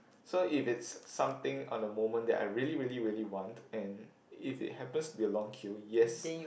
so if it's something on the moment that I really really really want and if it happens to be a long queue yes